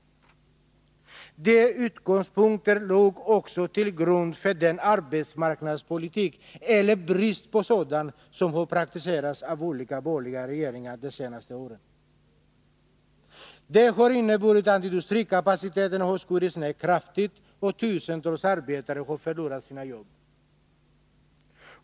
De utgångspunkterna låg också till grund för den arbetsmarknadspolitik eller brist på sådan som har praktiserats av olika borgerliga regeringar de senaste åren. Den har inneburit att industrikapaciteten har skurits ned kraftigt och att tusentals arbetare har förlorat sina jobb.